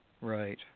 Right